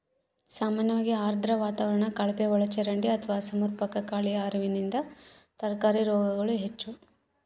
ಸಾಮಾನ್ಯವಾಗಿ ಆರ್ದ್ರ ವಾತಾವರಣ ಕಳಪೆಒಳಚರಂಡಿ ಅಥವಾ ಅಸಮರ್ಪಕ ಗಾಳಿಯ ಹರಿವಿನಿಂದ ತರಕಾರಿ ರೋಗಗಳು ಹೆಚ್ಚು